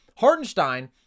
Hardenstein